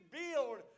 build